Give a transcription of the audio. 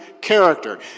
character